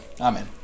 Amen